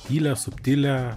tylią subtilią